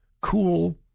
cool